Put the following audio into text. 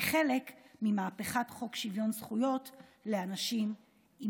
כחלק ממהפכת חוק שוויון זכויות לאנשים עם